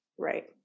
right